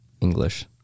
english